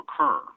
occur